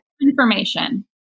information